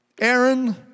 Aaron